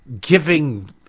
giving